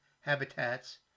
habitats